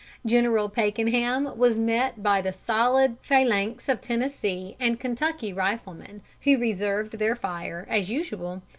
general pakenham was met by the solid phalanx of tennessee and kentucky riflemen, who reserved their fire, as usual,